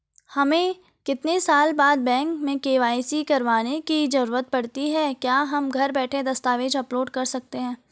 हमें कितने साल बाद बैंक में के.वाई.सी करवाने की जरूरत पड़ती है क्या हम घर बैठे दस्तावेज़ अपलोड कर सकते हैं?